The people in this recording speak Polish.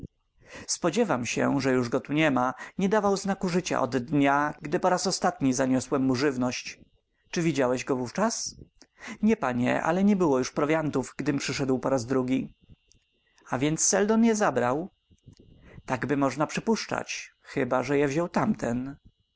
spodziewam się że już go tu niema nie dawał znaku życia od dnia gdy po raz ostatni zaniosłem mu żywność czy widziałeś go wówczas nie panie ale nie było już prowiantów gdym przyszedł po raz drugi a więc seldon je zabrał takby można przypuszczać chyba że je wziął tamten